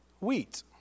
wheat